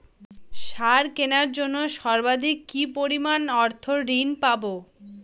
সার কেনার জন্য সর্বাধিক কি পরিমাণ অর্থ ঋণ পাব?